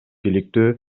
иликтөө